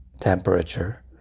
temperature